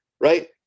Right